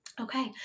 Okay